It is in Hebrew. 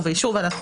ובאישור ועדת חוקה,